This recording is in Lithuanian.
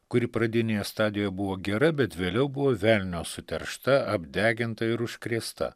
kuri pradinėje stadijoje buvo gera bet vėliau buvo velnio suteršta apdeginta ir užkrėsta